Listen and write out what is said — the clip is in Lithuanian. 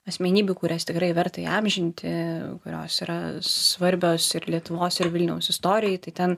asmenybių kurias tikrai verta įamžinti kurios yra svarbios ir lietuvos ir vilniaus istorijai tai ten